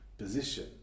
Position